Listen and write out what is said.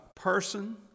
person